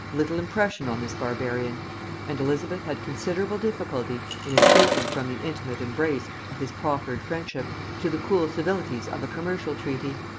little impression on this barbarian and elizabeth had considerable difficulty in escaping from the intimate embrace of his proffered friendship, to the cool civilities of a commercial treaty.